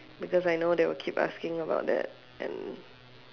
because I know they will keep asking about that and